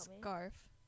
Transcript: Scarf